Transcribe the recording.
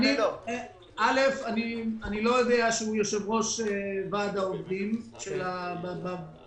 אני לא יודע שהוא יושב-ראש ועד העובדים במינהל,